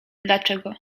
dlaczego